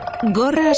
gorras